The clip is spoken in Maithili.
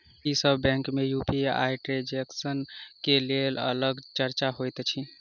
की सब बैंक मे यु.पी.आई ट्रांसजेक्सन केँ लेल अलग चार्ज होइत अछि?